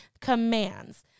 commands